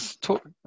Talk